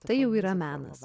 tai jau yra menas